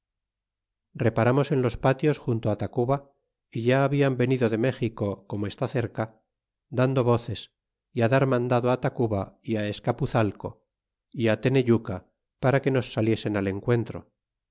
reparamos en los patios junto á tacuba y ya habian venido de méxico como está cerca dando voces y á dar mandado á tacuba y á escapuzalco y á teneyuca para que nos sa fiesen al encuentro